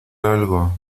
algo